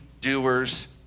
doers